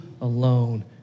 alone